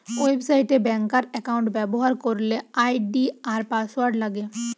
website এ ব্যাংকার account ব্যবহার করলে আই.ডি আর পাসওয়ার্ড লাগে